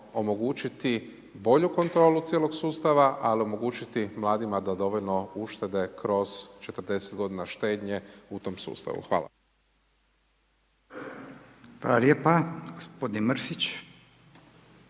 omogućiti bolju kontrolu cijelog sustava ali omogućiti mladima da dovoljno uštede kroz 40 godina štednje u tom sustavu. Hvala vam. **Radin, Furio